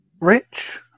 rich